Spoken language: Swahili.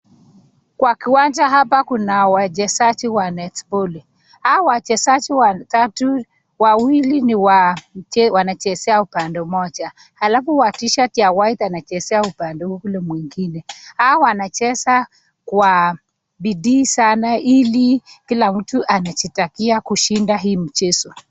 Kwa kiwanja hapa kuna wachezaji wa netiboli. Hao wachezaji watatu wawili ni wanachezea upande moja alafu wa tishati ya white anachezea upande ule mwingine. Hao wanacheza kwa bidii sana ili kila mtu anajitakia kushinda hii mchezo.